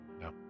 No